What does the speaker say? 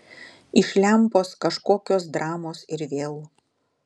iš lempos kažkokios dramos ir vėl